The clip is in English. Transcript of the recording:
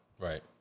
Right